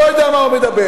לא יודע על מה הוא מדבר.